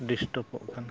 disturb ᱚᱜ ᱠᱟᱱᱟ